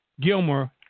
Gilmer